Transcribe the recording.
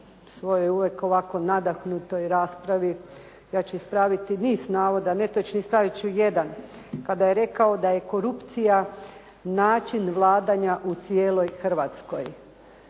svojoj uvijek ovako nadahnutoj raspravi, ja ću ispraviti niz navoda netočnih, staviti ću jedan, kada je rekao da je korupcija način vladanja u cijeloj Hrvatskoj.